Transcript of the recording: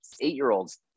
eight-year-olds